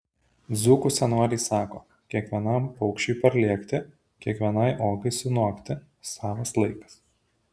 dzūkų senoliai sako kiekvienam paukščiui parlėkti kiekvienai uogai sunokti savas laikas